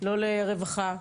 לא לרווחה,